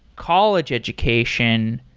college education,